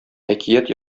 әкият